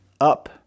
up